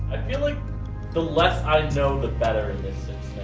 feel like the less i know, the better in this